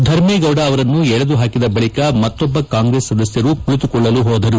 ಧರ್ಮೇಗೌಡ ಅವರನ್ನು ಎಳೆದು ಹಾಕಿದ ಬಳಿಕ ಮತ್ತೊಬ್ಬ ಕಾಂಗ್ರೆಸ್ ಸದಸ್ಯರು ಕುಳಿತುಕೊಳ್ಳಲು ಹೋದರು